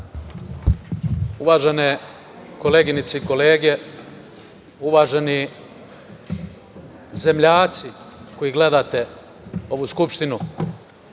Uvažene koleginice i kolege, uvaženi zemljaci koji gledate ovu Skupštinu,